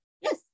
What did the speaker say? Yes